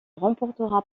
remportera